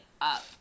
up